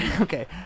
Okay